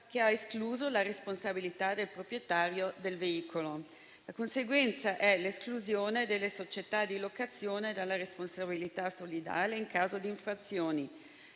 che ha escluso la responsabilità del proprietario del veicolo. La conseguenza è l'esclusione delle società di locazione dalla responsabilità solidale in caso d'infrazione.